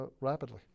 rapidly